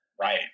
right